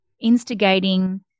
instigating